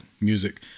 music